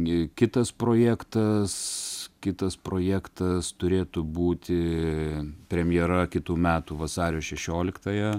gi kitas projektas kitas projektas turėtų būti premjera kitų metų vasario šešioliktąją